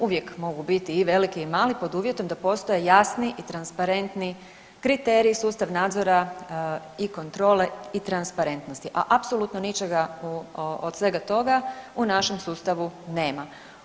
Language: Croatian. Uvijek mogu biti i veliki i mali pod uvjetom da postoje jasni i transparentni kriteriji, sustav nadzora i kontrole i transparentnosti, a apsolutno ničega od svega toga u našem sustavu nema.